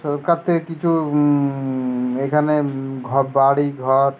সরকার থেকে কিছু এখানে বাড়ি ঘর